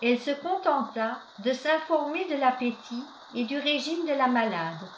elle se contenta de s'informer de l'appétit et du régime de la malade